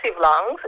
lungs